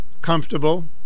comfortable